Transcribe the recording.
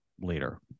later